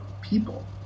people